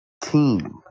team